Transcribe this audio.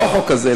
לא החוק הזה,